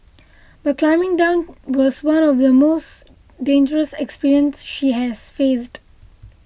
but climbing down was one of the most dangerous experience she has faced